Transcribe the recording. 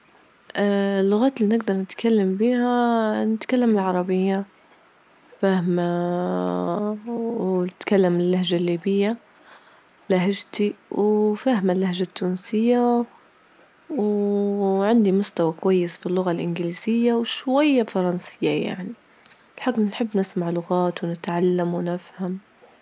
اللغات اللي نجدر نتكلم بيها نتكلم العربية، وفاهمة ونتكلم اللهجة الليبية لهجتي، وفاهمة اللهجة التونسية، وعندي مستوى كويس في اللغة الإنجليزية، وشوية فرنسية يعني، بحكم نحب نسمع لغات ونتعلم ونفهم.